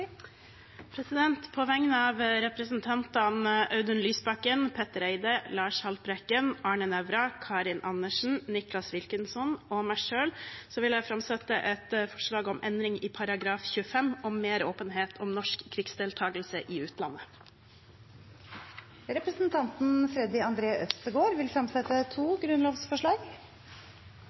På vegne av representantene Audun Lysbakken, Petter Eide, Lars Haltbrekken, Arne Nævra, Karin Andersen, Nicholas Wilkinson og meg selv vil jeg framsette et forslag om endring i § 25, om mer åpenhet om norsk krigsdeltagelse i utlandet. Representanten Freddy André Øvstegård vil fremsette to grunnlovsforslag.